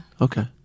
okay